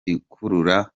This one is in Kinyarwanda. ikurura